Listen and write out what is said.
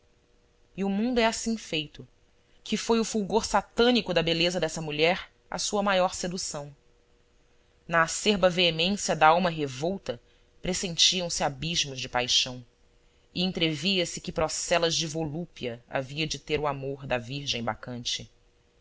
e o mundo é assim feito que foi o fulgor satânico da beleza dessa mulher a sua maior sedução na acerba veemência da alma revolta pressentiam se abismos de paixão e entrevia se que procelas de volúpia havia de ter o amor da virgem bacante se